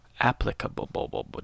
applicable